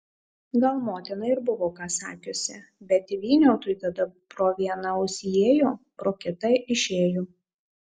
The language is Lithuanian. gal motina ir buvo ką sakiusi bet vyniautui tada pro vieną ausį įėjo pro kitą išėjo